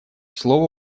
слово